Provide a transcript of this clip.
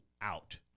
out